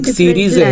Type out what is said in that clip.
series